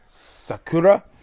Sakura